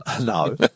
No